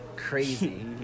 Crazy